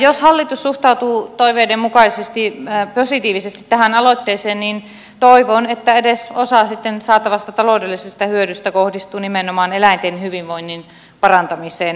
jos hallitus suhtautuu toiveiden mukaisesti positiivisesti tähän aloitteeseen niin toivon että edes osa sitten saatavasta taloudellisesta hyödystä kohdistuu nimenomaan eläinten hyvinvoinnin parantamiseen